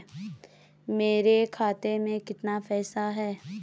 मेरे खाते में कितना पैसा है?